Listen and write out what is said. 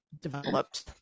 developed